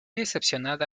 decepcionada